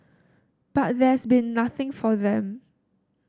but there's been nothing for them